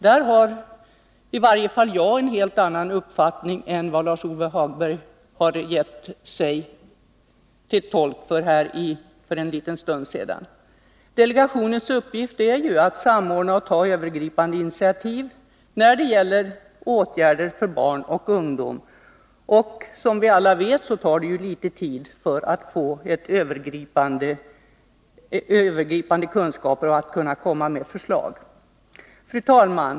Där har jag en helt annan uppfattning än den som Lars-Ove Hagberg nyss gjorde sig till tolk för. Delegationens upgift är ju att samordna och ta övergripande initiativ när det gäller åtgärder för barn och ungdom, men som vi alla vet tar det litet tid att få in kunskaper och att komma med förslag. Fru talman!